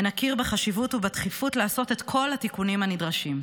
ונכיר בחשיבות ובדחיפות לעשות את כל התיקונים הנדרשים.